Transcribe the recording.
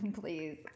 Please